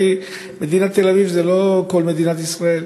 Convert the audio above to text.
כי מדינת תל-אביב זה לא כל מדינת ישראל.